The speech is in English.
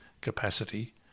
capacity